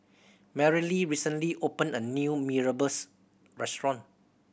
Mareli recently opened a new Mee Rebus restaurant